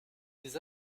des